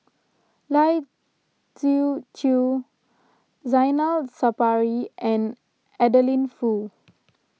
Lai Siu Chiu Zainal Sapari and Adeline Foo